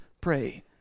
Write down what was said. pray